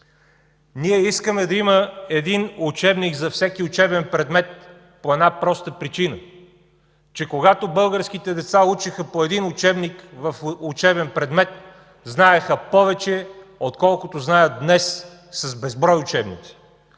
Ние искаме да има един учебник за всеки учебен предмет по една проста причина, че когато българските деца учеха по един учебник в учебен предмет, знаеха повече, отколкото знаят днес с безброй учебници.